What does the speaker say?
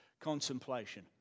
Contemplation